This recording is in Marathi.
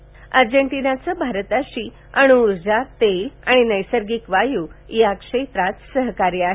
थर्जेन्टिनाचं भारताशी अणुउर्जा तेल आणि नैसर्गिक वायू या क्षेत्रात सहकार्य आहे